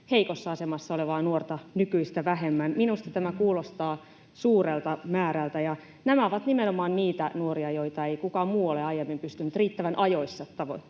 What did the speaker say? heikossa asemassa olevaa nuorta nykyistä vähemmän. Minusta tämä kuulostaa suurelta määrältä. Ja nämä ovat nimenomaan niitä nuoria, joita ei kukaan muu ole aiemmin pystynyt riittävän ajoissa tavoittamaan.